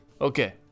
Okay